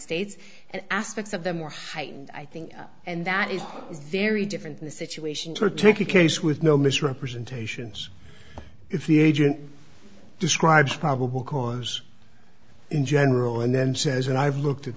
states and aspects of them were heightened i think and that is very different from the situation to take a case with no misrepresentations if the agent describes probable cause in general and then says i've looked at